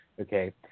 okay